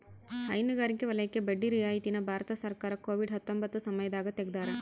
ಹೈನುಗಾರಿಕೆ ವಲಯಕ್ಕೆ ಬಡ್ಡಿ ರಿಯಾಯಿತಿ ನ ಭಾರತ ಸರ್ಕಾರ ಕೋವಿಡ್ ಹತ್ತೊಂಬತ್ತ ಸಮಯದಾಗ ತೆಗ್ದಾರ